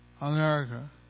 America